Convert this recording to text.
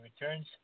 returns